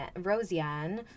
rosian